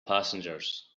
passengers